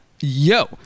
Yo